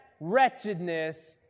wretchedness